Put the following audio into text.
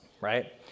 right